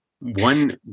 One